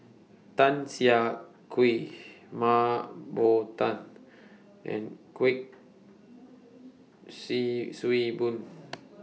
Tan Siah Kwee Mah Bow Tan and Kuik See Swee Boon